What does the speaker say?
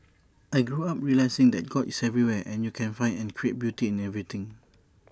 I grew up realising that God is everywhere and you can find and create beauty in everything